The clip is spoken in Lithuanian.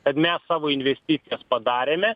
kad mes savo investicijas padarėme